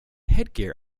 headgear